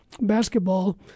basketball